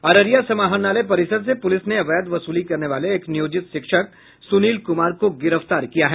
अररिया समाहरणालय परिसर से पुलिस ने अवैध वसूली करने वाले एक नियोजित शिक्षक सुनील कुमार को गिरफ्तार किया है